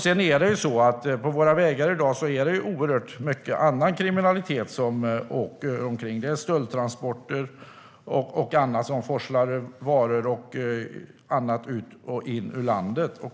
Sedan är det ju så att det på våra vägar i dag finns oerhört mycket annan kriminalitet som åker omkring. Det är stöldtransporter där varor och annat forslas in i och ut ur landet.